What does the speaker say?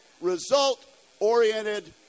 result-oriented